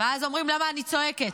ואז אומרים למה אני צועקת.